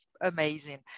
amazing